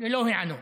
ללא היענות.